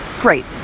great